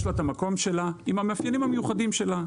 יש לה את המקום שלה עם המאפיינים המיוחדים שלה,